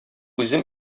үзем